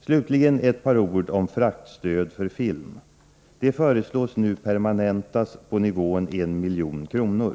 Slutligen ett par ord om fraktstöd för film. Det föreslås nu permanentas på nivån 1 milj.kr.